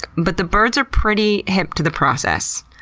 but the birds are pretty hip to the process.